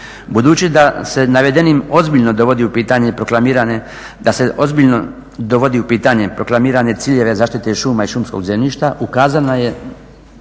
Budući da se navedenim ozbiljno dovodi u pitanje proklamirane ciljeve zaštite šuma i šumskog zemljišta ukazano je